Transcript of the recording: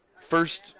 first